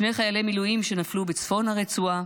שני חיילי מילואים שנפלו בצפון הרצועה,